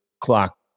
clock